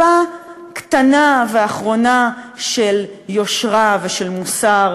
הפרלמנטרית טיפה קטנה ואחרונה של יושרה ושל מוסר,